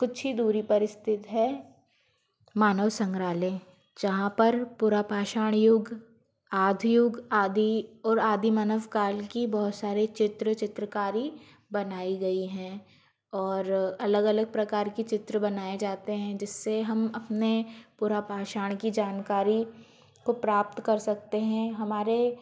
कुछ ही दूरी पर स्थित है मानव संग्रहालय जहाँ पर पुरापाषाण युग आदियोग आदि और आदिमानव काल की बहुत सारे चित्र चित्रकारी बनाई गई है और अलग अलग प्रकार के चित्र बनाए जाते हैं जिससे हम अपने पुरापाषाण की जानकारी को प्राप्त कर सकते हैं हमारे